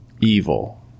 Evil